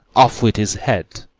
of with his head.